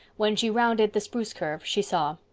when she rounded the spruce curve she saw.